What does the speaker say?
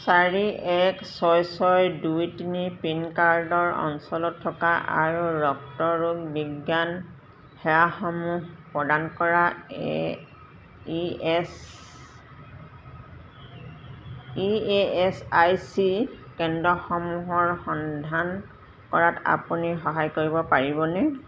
চাৰি এক ছয় ছয় দুই তিনি পিনক'ডৰ অঞ্চলত থকা আৰু ৰক্তৰোগ বিজ্ঞান সেৱাসমূহ প্ৰদান কৰা E S E S I C কেন্দ্ৰসমূহৰ সন্ধান কৰাত আপুনি সহায় কৰিব পাৰিবনে